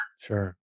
Sure